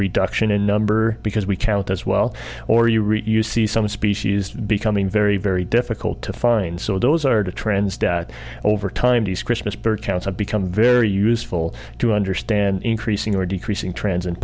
reduction in number because we count as well or you reach you see some species becoming very very difficult to find so those are the trends death over time these christmas bird count have become very useful to understand increasing or decreasing trends in